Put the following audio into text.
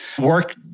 Work